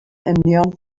union